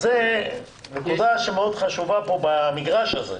זאת נקודה שמאוד חשובה כאן במגרש הזה.